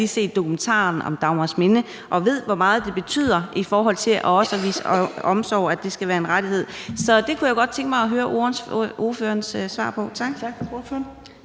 lige set dokumentaren om Dagmarsminde og ved, hvor meget det betyder med omsorgen, og at det skal være en rettighed. Så det kunne jeg godt tænke mig at høre ordførerens svar på. Tak.